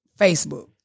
Facebook